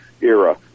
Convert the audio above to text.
era